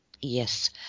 Yes